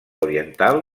oriental